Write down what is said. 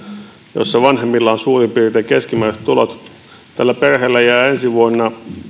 jossa vanhemmilla on suurin piirtein keskimääräiset tulot jää ensi vuonna